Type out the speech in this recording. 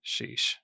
sheesh